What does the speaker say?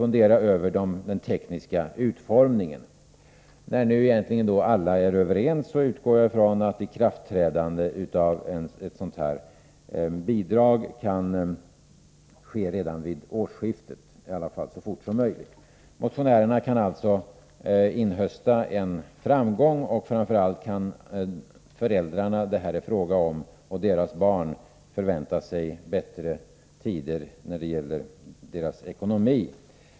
När nu alla egentligen är överens utgår jag från att ett sådant här bidrag kan träda i kraft redan vid årsskiftet, i alla fall så fort som möjligt. Motionärerna kan alltså inhösta en framgång, men framför allt kan de föräldrar och barn som det här är fråga om förvänta sig bättre tider när det gäller deras ekonomi.